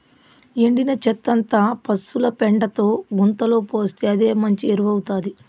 ఎండిన చెత్తంతా పశుల పెండతో గుంతలో పోస్తే అదే మంచి ఎరువౌతాది